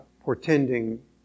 Portending